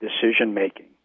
decision-making